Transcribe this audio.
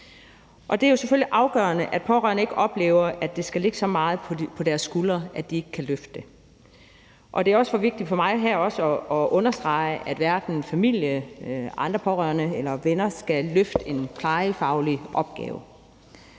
Det er jo selvfølgelig afgørende, at pårørende ikke oplever, at det skal ligge så meget på deres skuldre, at de ikke kan løfte det. Og det er også vigtigt for mig at understrege her, at hverken familie, andre pårørende eller venner skal løfte en plejefaglig opgave,